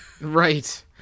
Right